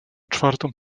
czwartą